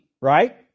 right